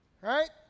Right